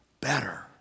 better